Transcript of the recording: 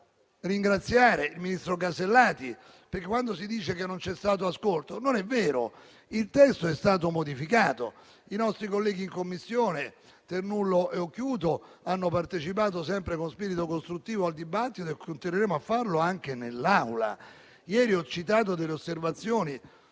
ringraziare il ministro Alberti Casellati. Quando si dice che non c'è stato ascolto, non si dice il vero: il testo è stato modificato; i nostri colleghi in Commissione, Ternullo e Occhiuto, hanno partecipato sempre con spirito costruttivo al dibattito e continueremo a farlo anche in Aula. Ieri ho citato delle osservazioni